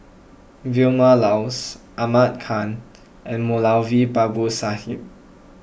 Vilma Laus Ahmad Khan and Moulavi Babu Sahib